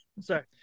Sorry